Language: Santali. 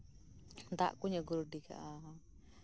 ᱫᱟᱜ ᱠᱩᱧ ᱟᱹᱜᱩ ᱨᱮᱰᱤ ᱠᱟᱜᱼᱟ